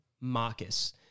Marcus